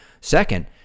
Second